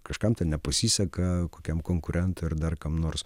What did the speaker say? kažkam ten nepasiseka kokiam konkurentui ir dar kam nors